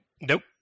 Nope